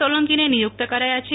સોલંકીને નિયુક્ત કરાયા છે